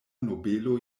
nobelo